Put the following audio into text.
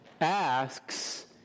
asks